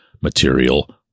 material